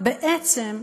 בעצם,